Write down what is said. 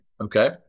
Okay